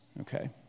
okay